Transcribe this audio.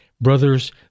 Brothers